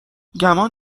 گمان